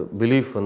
belief